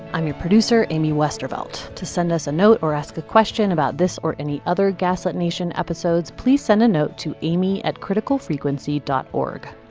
i'm your producer amy westervelt. to send us a note or ask a question about this or any other gaslit nation episodes, please send a note to amy at criticalfrequncy. org.